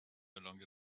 longer